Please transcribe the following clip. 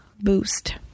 boost